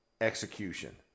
execution